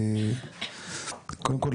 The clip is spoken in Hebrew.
קודם כל,